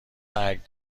برگ